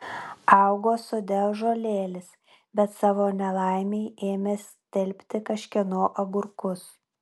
augo sode ąžuolėlis bet savo nelaimei ėmė stelbti kažkieno agurkus